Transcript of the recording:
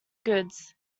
goods